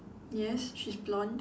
yes she's blonde